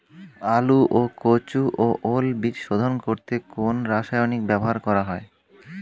আলু ও কচু ও ওল বীজ শোধন করতে কোন রাসায়নিক ব্যবহার করা হয়?